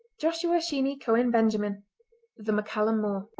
joshua sheeny cohen benjamin the maccallum more.